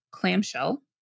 clamshell